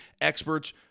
experts